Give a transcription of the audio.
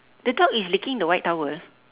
the dog is licking the white towel